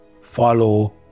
follow